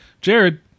Jared